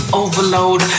overload